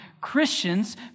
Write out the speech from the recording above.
Christians